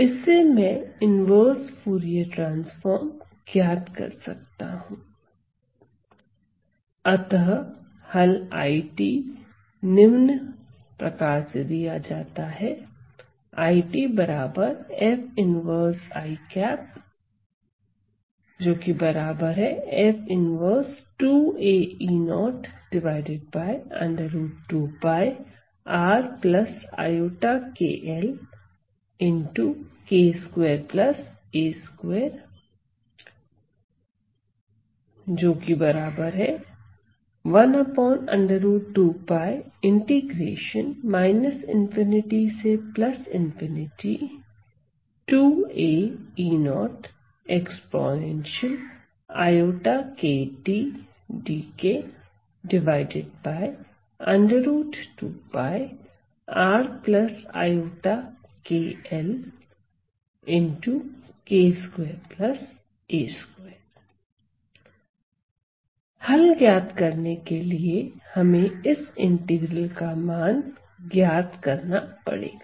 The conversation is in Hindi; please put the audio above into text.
इससे मैं इनवर्स फूरिये ट्रांसफार्म ज्ञात कर सकता हूं अतः हल I निम्न से दिया जाता है हल ज्ञात करने के लिए हमें इस इंटीग्रल का मान करना पड़ेगा